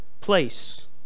place